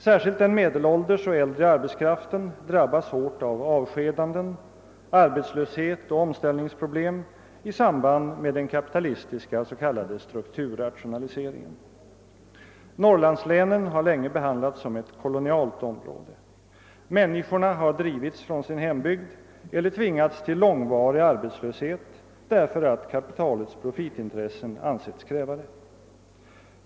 Särskilt den medelålders och äldre arbetskraften drabbas hårt av avskedanden, arbetslöshet och omställningsproblem i samband med den kapitalistiska s.k. strukturrationaliseringen. Norrlandslänen har länge behandlats som ett kolonialt område. Människorna har drivits från sin hembygd eller tvingats till långvarig arbetslöshet därför att kapitalets profitintressen ansetts kräva det.